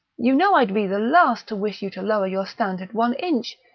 you know i'd be the last to wish you to lower your standard one inch,